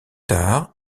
tard